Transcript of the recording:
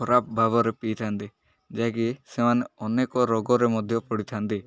ଖରାପ ଭାବରେ ପିଇଥାନ୍ତି ଯାହାକି ସେମାନେ ଅନେକ ରୋଗରେ ମଧ୍ୟ ପଡ଼ିଥାନ୍ତି